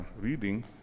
reading